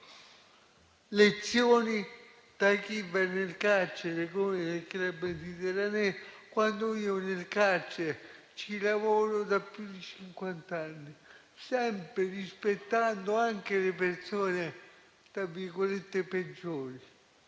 lezioni da chi va nel carcere come nel Club Mediterranée, quando io nel carcere ci lavoro da più di cinquant'anni, sempre rispettando anche le persone "peggiori",